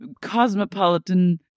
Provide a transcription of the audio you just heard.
cosmopolitan